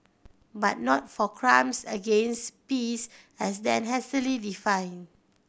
but not for crimes against peace as then hastily defined